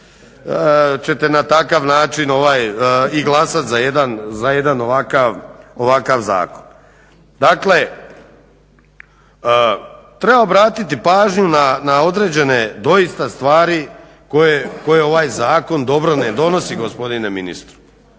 ćete na takav način i glasat za jedan ovakav zakon. Dakle, treba obratiti pažnju na određene, doista stvari koje ovaj zakon dobro ne donosi gospodine ministru.